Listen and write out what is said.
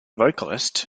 vocalist